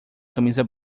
camisa